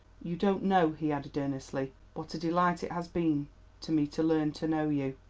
you don't know, he added earnestly, what a delight it has been to me to learn to know you.